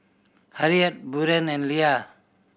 Harriet Buren and Lia